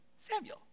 Samuel